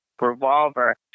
revolver